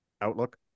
Outlook